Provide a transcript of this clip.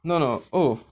no no oh